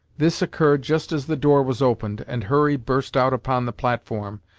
this occurred just as the door was opened, and hurry burst out upon the platform,